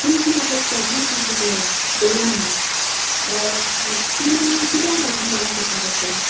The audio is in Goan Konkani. तुमी ती म्हाका टेबलेट दिल्ली पळय डोलो म्होणोन ती कित्याक लागून बऱ्याक पडटा डोक्टर